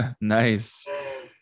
Nice